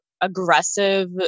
aggressive